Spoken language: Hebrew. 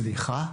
סליחה,